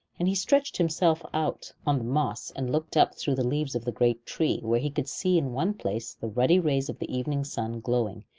and he stretched himself out on the moss and looked up through the leaves of the great tree, where he could see in one place the ruddy rays of the evening sun glowing,